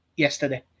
Yesterday